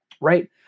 Right